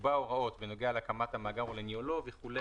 יקבע הוראות בנוגע להקמת המאגר ולניהולו וכו',